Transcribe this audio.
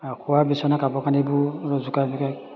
আৰু শোৱাৰ বিচনা কাপোৰ কানিবোৰ অলপ জোকাৰি